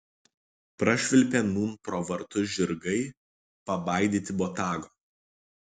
prašvilpė nūn pro vartus žirgai pabaidyti botago